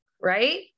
Right